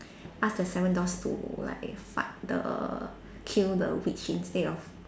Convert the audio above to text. ask the seven dwarfs to like fight the kill the witch instead of